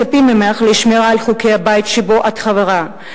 מצפים ממך לשמירה על חוקי הבית שבו את חברה.